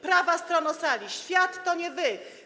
Prawa strono sali, świat to nie wy.